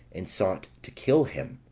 and sought to kill him.